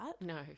No